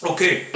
Okay